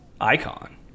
icon